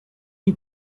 you